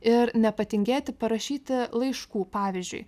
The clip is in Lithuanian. ir nepatingėti parašyti laiškų pavyzdžiui